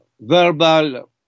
verbal